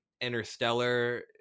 interstellar